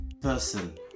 person